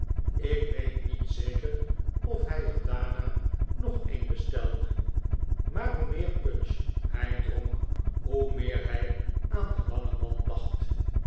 ik weet niet zeker of hij er daarna nog een bestelde maar hoe meer punch hij dronk hoe meer hij aan den langen man dacht